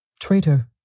Traitor